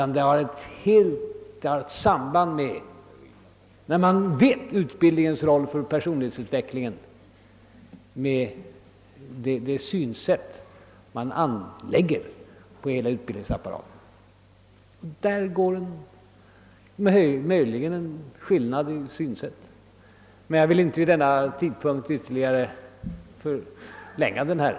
Nej, när man vet utbildningens roll för personlighetsutvecklingen finns det ett samband med det synsätt man anlägger på hela utbildningsapparaten. Därvidlag föreligger möjligen en skillnad i synsätt, men jag vill inte vid denna tidpunkt ytterligare förlänga debatten.